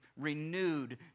renewed